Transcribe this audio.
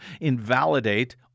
invalidate